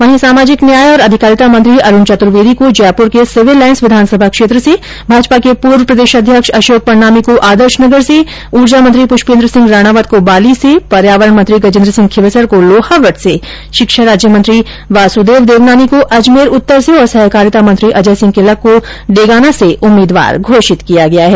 वहीं सामाजिक न्याय और अधिकारिता मंत्री अरूण चतुर्वेदी को जयपुर के सिविल लाईन्स विधानसभा क्षेत्र से भाजपा के पूर्व प्रदेशाध्यक्ष अशोक परनामी को आदर्श नगर से ऊर्जा मंत्री प्ष्पेन्द्र सिंह राणावत को बाली से पर्यावरण मंत्री गजेन्द्र सिंह खींवसर को लोहावट से शिक्षा राज्यमंत्री वासुदेव देवनानी को अजमेर उत्तर से और सहकारिता मंत्री अजय सिंह किलक को डेगाना से उम्मीदवार घोषित किया गया है